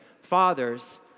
fathers